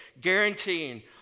guaranteeing